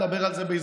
ונדבר על זה,